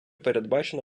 передбачено